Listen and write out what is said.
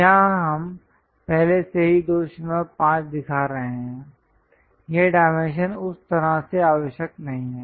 यहाँ हम पहले से ही 25 दिखा रहे हैं यह डायमेंशन उस तरह से आवश्यक नहीं है